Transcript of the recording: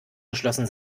geschlossen